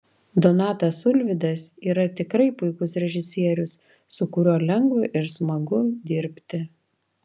donatas ulvydas yra tikrai puikus režisierius su kuriuo lengva ir smagu dirbti